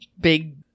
big